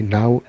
now